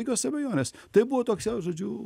jokios abejonės tai buvo toks jau žodžiu